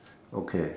okay